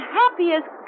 happiest